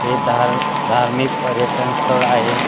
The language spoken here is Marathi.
हे धार् धार्मिक पर्यटन स्थळ आहे